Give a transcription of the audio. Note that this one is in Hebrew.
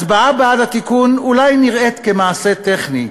הצבעה בעד התיקון אולי נראית כמעשה טכני,